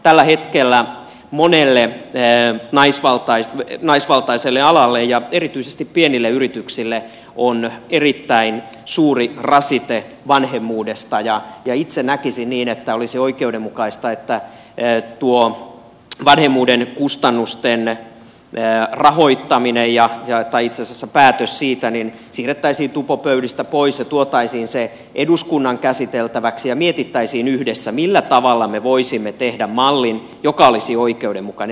tällä hetkellä monelle naisvaltaiselle alalle ja erityisesti pienille yrityksille on erittäin suuri rasite vanhemmuudesta ja itse näkisin niin että olisi oikeudenmukaista että tuo vanhemmuuden kustannusten rahoittaminen tai itse asiassa päätös siitä siirrettäisiin tupopöydistä pois ja tuotaisiin eduskunnan käsiteltäväksi ja mietittäisiin yhdessä millä tavalla me voisimme tehdä mallin joka olisi oikeudenmukainen